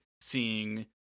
seeing